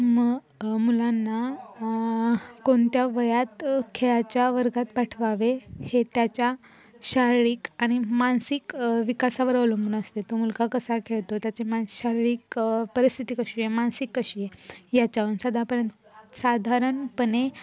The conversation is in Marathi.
मग मुलांना कोणत्या वयात खेळाच्या वर्गात पाठवावे हे त्याच्या शारीरिक आणि मानसिक विकासावर अवलंबून असते तो मुलगा कसा खेळ त्याचे मान शारीरिक परिस्थिती कशी आहे मानसिक कशी आहे याच्यावरून सधापर्यंत साधारणपणे